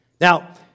Now